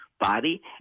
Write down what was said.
body